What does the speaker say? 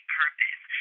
purpose